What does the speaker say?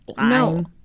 No